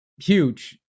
huge